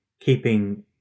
Keeping